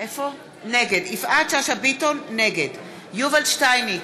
נגד יובל שטייניץ,